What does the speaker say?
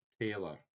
Taylor